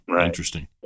interesting